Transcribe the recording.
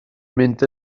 mynd